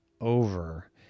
over